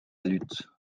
lutte